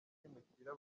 bimukira